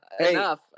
Enough